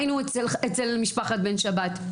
היינו אצל משפחת בן שבת,